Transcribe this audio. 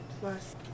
plus